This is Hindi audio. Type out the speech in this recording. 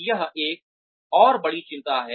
यह एक और बड़ी चिंता है